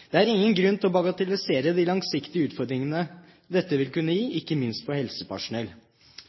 Det er ingen grunn til å bagatellisere de langsiktige utfordringene dette vil kunne gi, ikke minst for helsepersonell.